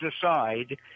decide